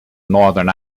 northern